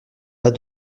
pas